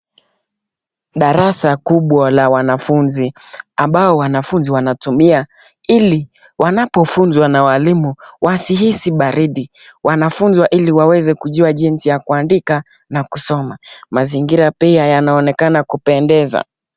Darasa kubwa la wanafuzi ambao wanafuzi wanatumia ili wanapofuzwa na walimu wasihisi baridi. Wanafunzi ili waweze kujua jinsi ya kuandika na kusoma. Mazingira pia yanaonekana kupendeza.